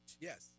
Yes